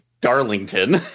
Darlington